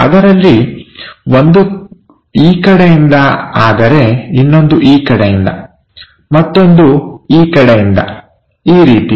ಅದರಲ್ಲಿ ಒಂದು ಈ ಕಡೆಯಿಂದ ಆದರೆ ಇನ್ನೊಂದು ಈ ಕಡೆಯಿಂದ ಮತ್ತೊಂದು ಈ ಕಡೆಯಿಂದ ಈ ರೀತಿ